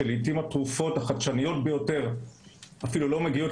שלעיתים התרופות החדשניות ביותר אפילו לא מגיעות